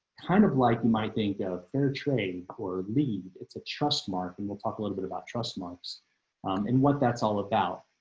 kind of like you might think of fair trade or lead. it's a trust mark and we'll talk a little bit about trust marks and what that's all about.